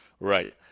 Right